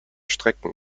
strecken